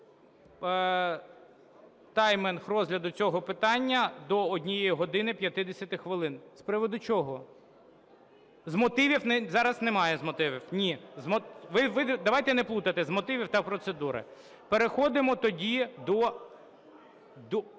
Таймінг розгляду цього питання – до 1 години 50 хвилин. (Шум у залі) З приводу чого? З мотивів? Зараз немає з мотивів. Ні. Давайте не плутати: з мотивів та процедури. Переходимо тоді до…